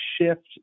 shift